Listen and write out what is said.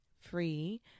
free